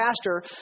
pastor